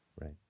Right